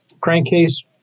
crankcase